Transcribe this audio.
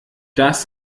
das